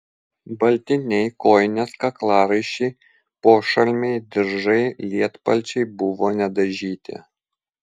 baltiniai kojinės kaklaraiščiai pošalmiai diržai lietpalčiai buvo nedažyti